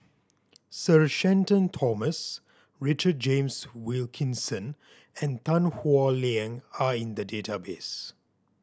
Sir Shenton Thomas Richard James Wilkinson and Tan Howe Liang are in the database